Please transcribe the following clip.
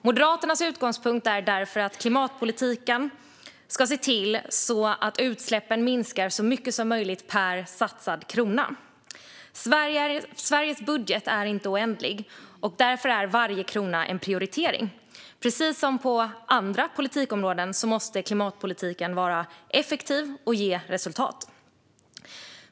Moderaternas utgångspunkt är därför att klimatpolitiken ska se till att utsläppen minskar så mycket som möjligt per satsad krona. Sveriges budget är inte oändlig. Därför är varje krona en prioritering. Precis som andra politikområden måste klimatpolitiken vara effektiv och ge resultat.